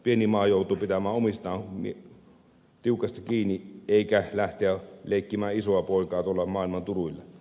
pieni maa joutuu pitämään omistaan tiukasti kiinni eikä lähteä leikkimään isoa poikaa tuolla maailman turuilla